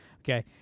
Okay